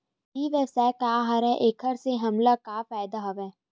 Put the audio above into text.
ई व्यवसाय का हरय एखर से हमला का फ़ायदा हवय?